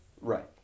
Right